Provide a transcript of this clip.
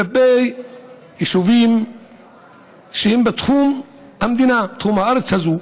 כלפי יישובים שהם בתחום המדינה, תחום הארץ הזאת,